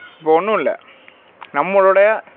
இப்போ ஒன்றும் இல்லை நம்மளோடய